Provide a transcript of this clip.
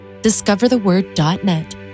discovertheword.net